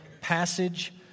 passage